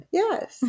yes